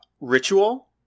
ritual